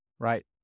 Right